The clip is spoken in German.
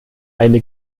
eine